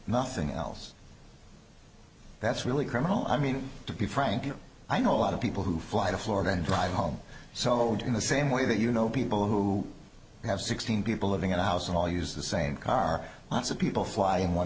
nothing else that's really criminal i mean to be frank i know a lot of people who fly to florida and drive home sold in the same way that you know people who have sixteen people living in a house and all use the same car lots of people fly in one